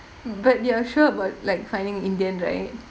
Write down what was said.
but you're sure about like finding indian right